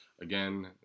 again